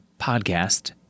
podcast